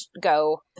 go